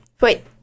Wait